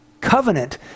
Covenant